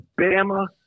Bama